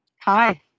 Hi